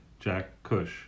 jackcush